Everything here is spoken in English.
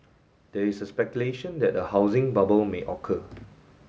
there is a speculation that a housing bubble may occur